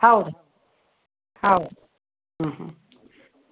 ಹೌದು ಹೌದು ಹ್ಞೂ ಹ್ಞೂ